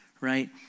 Right